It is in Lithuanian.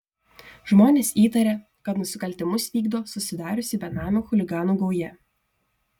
žmonės įtaria kad nusikaltimus vykdo susidariusi benamių chuliganų gauja